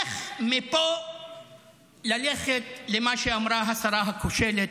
איך מפה ללכת למה שאמרה השרה הכושלת,